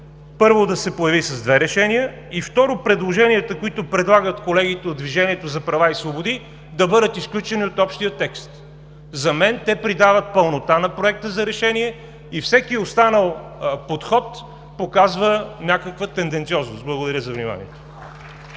първо да се появи с две решения, и второ, предложенията, които предлагат колегите от „Движението за права и свободи“, да бъдат изключени от общия текст. За мен те придават пълнота на Проекта за решение и всеки останал подход показва някаква тенденциозност. Благодаря.